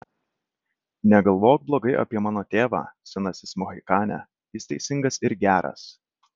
negalvok blogai apie mano tėvą senasis mohikane jis teisingas ir geras